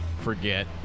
forget